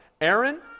Aaron